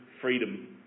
freedom